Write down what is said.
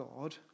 God